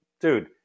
Dude